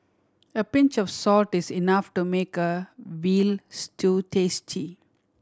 a pinch of salt is enough to make a veal stew tasty